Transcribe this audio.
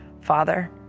Father